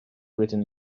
written